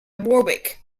warwick